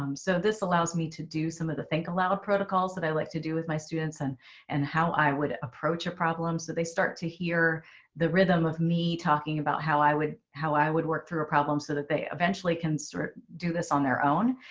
um so this allows me to do some of the think aloud protocols that i like to do with my students and and how i would approach a problem. so they start to hear the rhythm of me talking about how i would how i would work through a problem so that they eventually can sort of do this on their own.